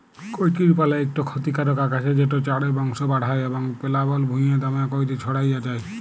কচুরিপালা ইকট খতিকারক আগাছা যেট চাঁড়ে বংশ বাঢ়হায় এবং পেলাবল ভুঁইয়ে দ্যমে ক্যইরে ছইড়াই যায়